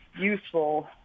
useful